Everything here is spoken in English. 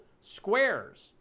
squares